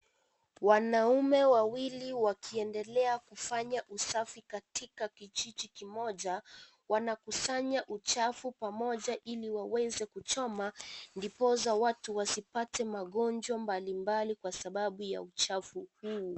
Wanaume wawili, wakiendelea kufanya usafi, katika kijiji kimoja, wanakusanya achafu pamoja ,ili waweze kuchoma, ndiposa watu wasipate magonjwa mbalimbali kwa sababu ya uchafu huu.